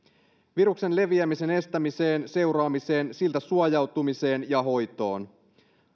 viruksen leviämisen estämiseen seuraamiseen siltä suojautumiseen ja hoitoon